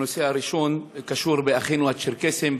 הנושא הראשון קשור לאחינו הצ'רקסים,